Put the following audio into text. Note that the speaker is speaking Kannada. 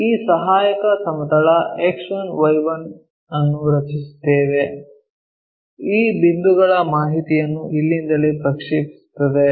ಈ ಸಹಾಯಕ ಸಮತಲ X1Y1 ಅನ್ನು ರಚಿಸುತ್ತೇವೆ ಈ ಬಿಂದುಗಳ ಮಾಹಿತಿಯನ್ನು ಇಲ್ಲಿಂದಲೇ ಪ್ರಕ್ಷೇಪಿಸುತ್ತದೆ